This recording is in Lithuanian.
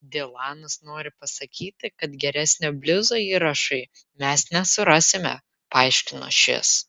dilanas nori pasakyti jog geresnio bliuzo įrašui mes nesurasime paaiškino šis